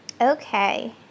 Okay